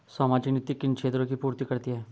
सामाजिक नीति किन क्षेत्रों की पूर्ति करती है?